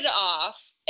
off